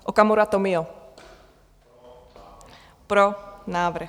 Okamura Tomio: Pro návrh.